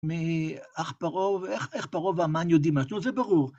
מ.. איך פרעה והמן יודעים על, זה ברור.